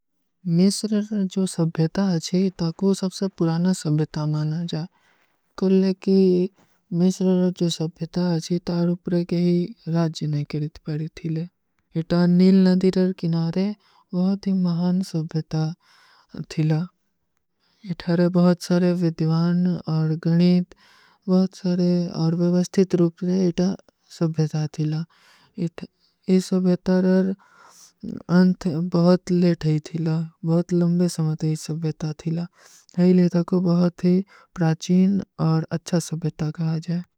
ମେଶ୍ରର ଜୋ ସବ୍ଭେତା ହୈ, ଇତାକୋ ସବସେ ପୁରାନା ସବ୍ଭେତା ମାନା ଜା। କୋଲେ କି ମେଶ୍ରର ଜୋ ସବ୍ଭେତା ହୈ, ତାରୂପରେ କେହୀ ରାଜ୍ଯ ନହୀଂ କରେତୀ ପାରୀ ଥୀଲେ। ଇତା ନୀଲ ନଧୀରର କିନାରେ ଵହଵାଧୀ ମହାନ ସବ୍ଭେତା ଥୀଲା। ଇତାରେ ବହୁତ ସାରେ ଵିଦ୍ଵାନ ଔର ଗଣୀପ, ବହୁତ ସାରେ ଔର ଵିଵସ୍ଥିତ ରୂପରେ ଇତା ସବ୍ଭେତା ଥୀଲା। ଇସ ସବ୍ଭେତାରେ ଅଂଥ ବହୁତ ଲେଥ ହୀ ଥୀଲା, ବହୁତ ଲଂବେ ସମତ ହୀ ସବ୍ଭେତା ଥୀଲା। ହୈ ଲେଥା କୋ ବହୁତ ପ୍ରାଚୀନ ଔର ଅଚ୍ଛା ସବ୍ଭେତା କହା ଜାଏ।